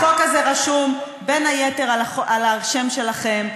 החוק הזה רשום בין היתר על השם שלכם.